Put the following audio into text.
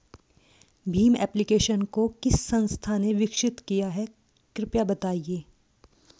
Bhim application को किस संस्था ने विकसित किया है कृपया बताइए?